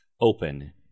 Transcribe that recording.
open